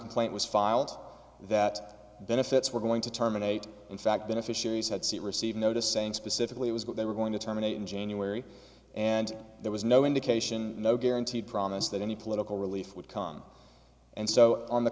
complaint was filed that benefits were going to terminate in fact beneficiaries had seen received notice saying specifically was what they were going to terminate in january and there was no indication no guarantee promise that any political relief would come and so on the